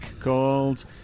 called